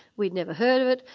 we'd never heard of it,